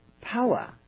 power